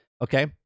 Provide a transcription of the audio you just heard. okay